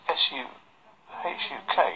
s-u-h-u-k